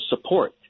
support